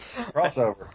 Crossover